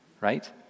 Right